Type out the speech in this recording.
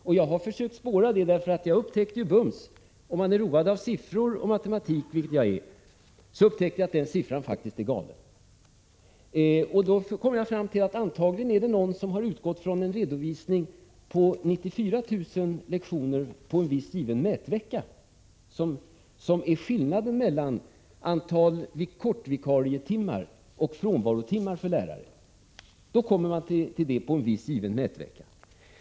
Om man är road av siffror och matematik, vilket jag är, upptäcker man bums att den här siffran är galen. Då kom jag fram till att antagligen är det någon som har utgått från en redovisning av skillnaden mellan antalet kortvikarietimmar och frånvarotimmar för lärare en viss given mätvecka, och då kommer man till siffran 94 000.